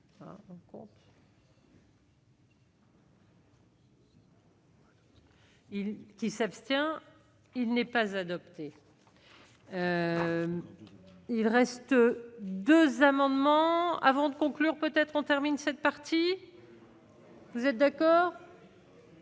qui s'abstient, il n'est pas adopté, il reste. 2 amendements, avant de conclure : peut-être on termine cette partie. Vous êtes d'accord.